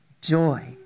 Joy